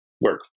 work